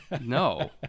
No